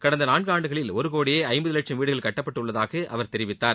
கடந்த நான்காண்டுகளில் ஒரு கோடியே ஐம்பது லட்சும் வீடுகள் கட்டப்பட்டுள்ளதாக அவர் தெரிவித்தார்